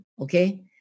okay